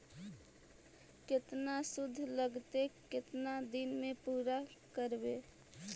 केतना शुद्ध लगतै केतना दिन में पुरा करबैय?